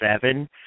seven